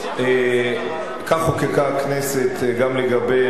כך חוקקה הכנסת גם לגבי,